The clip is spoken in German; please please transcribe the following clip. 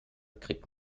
kriegt